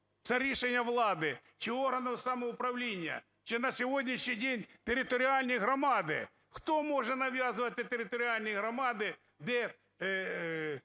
це рішення влади чи органу самоуправління, чи на сьогоднішній день територіальні громади? Хто може нав'язувати територіальні громади, де